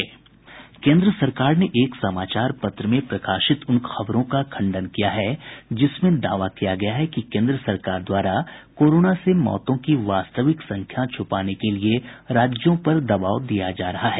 केन्द्र सरकार ने एक समाचार पत्र में प्रकाशित उन खबरों का खंडन किया है जिसमें दावा किया गया है कि केन्द्र सरकार द्वारा कोरोना से मौतों की वास्तविक संख्या छुपाने के लिए राज्यों पर दबाव दिया जा रहा है